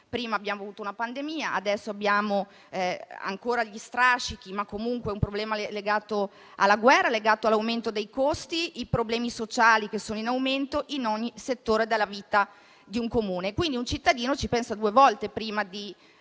prima abbiamo avuto una pandemia, adesso ne subiamo ancora gli strascichi, ma abbiamo anche il problema legato alla guerra, all'aumento dei costi e ai problemi sociali in aumento in ogni settore della vita di un Comune. Quindi, un cittadino ci pensa due volte prima di